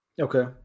Okay